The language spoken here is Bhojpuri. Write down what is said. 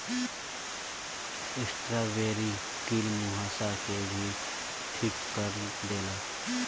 स्ट्राबेरी कील मुंहासा के भी ठीक कर देला